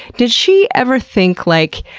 did she ever think like,